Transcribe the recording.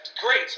great